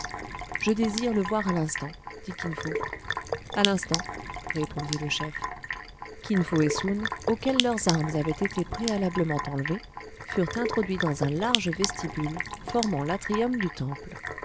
je désire le voir à l'instant dit kin fo a l'instant répondit le chef kin fo et soun auxquels leurs armes avaient été préalablement enlevées furent introduits dans un large vestibule formant l'atrium du temple